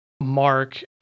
Mark